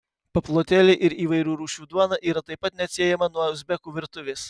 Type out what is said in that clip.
paplotėliai ir įvairių rūšių duona yra taip pat neatsiejama nuo uzbekų virtuvės